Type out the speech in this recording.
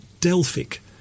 Delphic